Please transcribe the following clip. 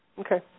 Okay